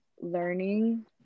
learning